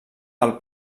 del